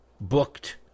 booked